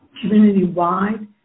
Community-wide